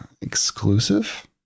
exclusive